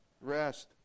Rest